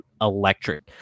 electric